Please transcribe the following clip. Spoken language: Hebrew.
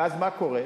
ואז מה קורה?